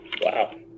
Wow